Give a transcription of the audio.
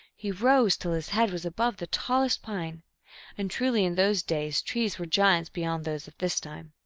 he rose till his head was above the tallest pine and truly in those days trees were giants beyond those of this time.